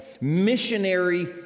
missionary